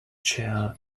chair